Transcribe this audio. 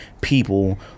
people